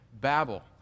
Babel